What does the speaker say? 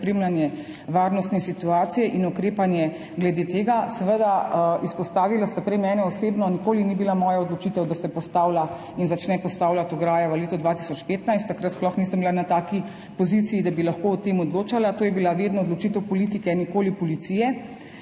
spremljanje varnostne situacije in ukrepanje glede tega. Seveda, prej ste izpostavili mene osebno. Nikoli ni bila moja odločitev, da se postavlja in začne postavljati ograje v letu 2015. Takrat sploh nisem bila na taki poziciji, da bi lahko o tem odločala. To je bila vedno odločitev politike, nikoli policije.